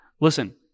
listen